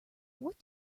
what